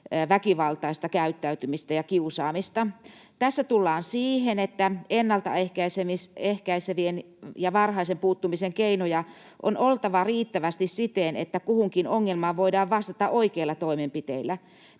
väkivaltaista käyttäytymistä ja kiusaamista. Tässä tullaan siihen, että ennaltaehkäiseviä ja varhaisen puuttumisen keinoja on oltava riittävästi siten, että kuhunkin ongelmaan voidaan vastata oikeilla toimenpiteillä.